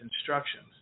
instructions